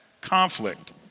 conflict